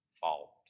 fault